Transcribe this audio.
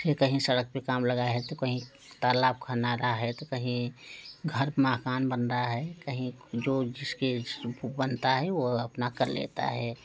फिर कहीं सड़क पे काम लगा है तो कहीं तालाब खना रहा है तो कहीं घर मकान बन रहा है कहीं जो जिसके बनता है वो अपना कर लेता है